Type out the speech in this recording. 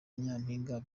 nyampinga